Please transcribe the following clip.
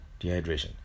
dehydration